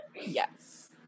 yes